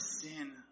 sin